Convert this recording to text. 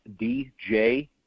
DJ